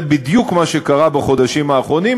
זה בדיוק מה שקרה בחודשים האחרונים,